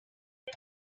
ich